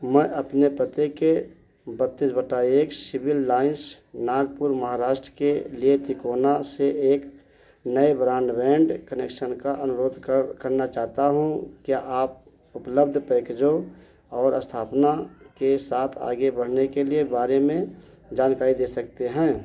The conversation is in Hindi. मैं अपने पते के बत्तीस बटा एक सिविल लाइन्स नागपुर महाराष्ट्र के लिए तिकोना से एक नए ब्रांडबैंड कनेक्शन का अनुरोध कर करना चाहता हूँ क्या आप उपलब्ध पैकेजों और स्थापना के साथ आगे बढ़ने के लिए बारे में जानकारी दे सकते हैं